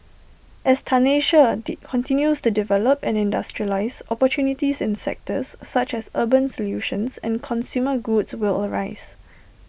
as Tanzania Di continues to develop and industrialise opportunities in sectors such as urban solutions and consumer goods will arise